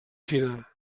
fina